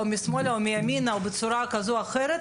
משמאל או מימין או בצורה כזו או אחרת,